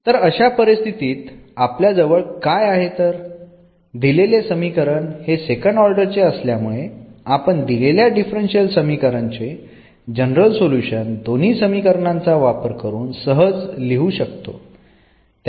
तर अशा परिस्थितीत आपल्या जवळ काय आहे तर दिलेले समीकरण हे सेकंड ऑर्डर चे असल्यामुळे आपण दिलेल्या डिफरन्शियल समीकरण चे जनरल सोल्युशन दोन्ही समीकरणांचा वापर करून सहज लिहू शकतो